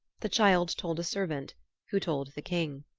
the child told a servant who told the king.